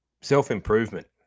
self-improvement